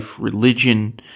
religion